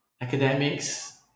academics